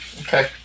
Okay